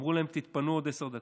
ואמרו להם: תתפנו עוד עשר דקות.